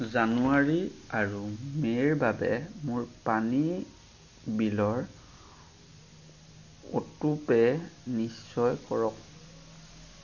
জানুৱাৰী আৰু মে'ৰ বাবে মোৰ পানী বিলৰ অটোপে' নিশ্চয় কৰক